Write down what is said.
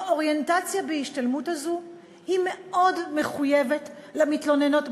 האוריינטציה בהשתלמות הזאת היא מאוד מחויבת למתלוננות,